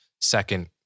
second